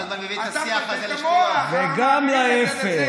אתה לא מפסיק עם זה, תפסיק.